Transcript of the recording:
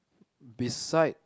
beside